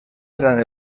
eran